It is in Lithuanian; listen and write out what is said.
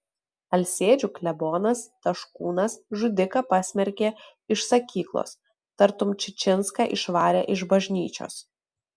alsėdžių klebonas taškūnas žudiką pasmerkė iš sakyklos tartum čičinską išvarė iš bažnyčios